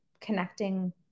connecting